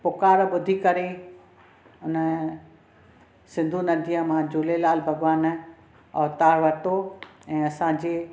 पुकार ॿुधी करे उन सिंधू नदीअ मां झूलेलाल भॻवानु अवतारु वरितो ऐं असांजे